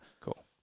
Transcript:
Cool